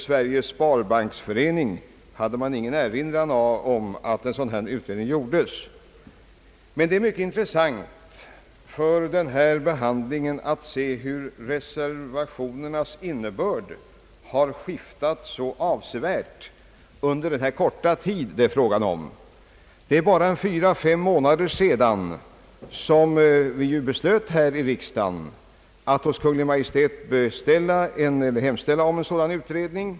Svenska sparbanksföreningen hade ingen erinran mot att en sådan utredning gjordes. Det är mycket intressant att se hur avsevärt reservationernas innebörd har skiftat under den korta tid som förflutit sedan dess. Det är bara fyra månader sedan riksdagen beslöt att hos Kungl. Maj:t hemställa om utredning.